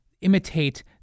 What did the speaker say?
imitate